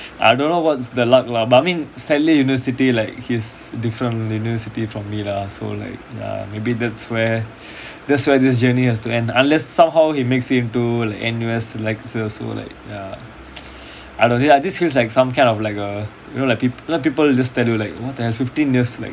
I don't know what's the luck lah but I mean sadly university like he's different university from me lah so like ya maybe that's where that's where this journey has to end unless somehow he makes it to N_U_S also like ya I don't think this feels like some kind of like err you know like people like people just tell like what the hell fifteen years